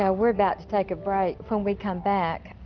yeah we're about to take a break. when we come back.